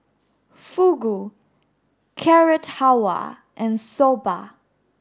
Fugu Carrot Halwa and Soba